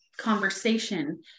conversation